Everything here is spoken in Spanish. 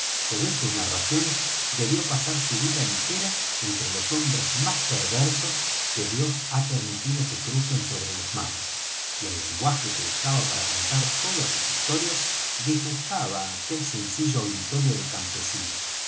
según sus narraciones debió pasar su vida entera entre los hombres más perversos que dios ha permitido que crucen sobre los mares y el lenguaje que usaba para contar todas sus historias disgustaba á aquel sencillo auditorio de campesinos